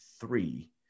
three